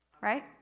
right